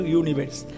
universe